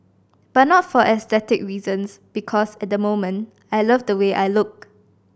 but not for aesthetic reasons because at the moment I love the way I look